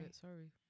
sorry